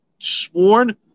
sworn